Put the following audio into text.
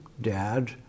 dad